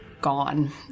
gone